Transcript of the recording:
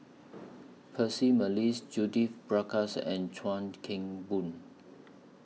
Percy Mcneice Judith Prakash and Chuan Keng Boon